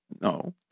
No